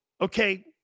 Okay